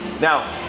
Now